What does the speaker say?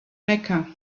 mecca